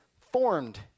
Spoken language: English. formed